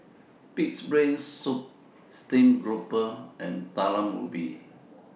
Pig'S Brain Soup Steamed Grouper and Talam Ubi